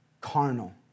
carnal